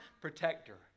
protector